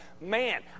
man